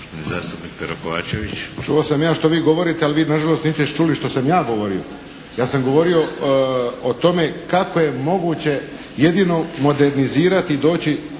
zastupnik Pero Kovačević.